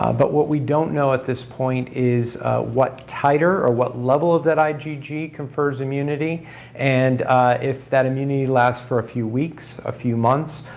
but what we don't know at this point is what titer or what level of that igg confers immunity and if that immunity lasts for a few weeks, a few months,